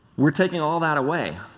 we are taking all of that away,